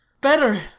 Better